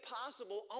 possible